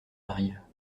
arrive